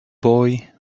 boy